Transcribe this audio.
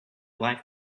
life